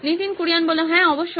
নীতিন কুরিয়ান হ্যাঁ অবশ্যই